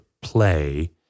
play